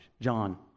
John